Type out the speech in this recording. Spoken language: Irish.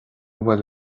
bhfuil